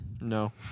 No